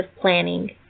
planning